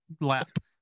LAP